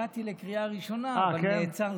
הגעתי לקריאה ראשונה, אבל נעצרתי.